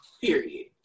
Period